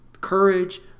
courage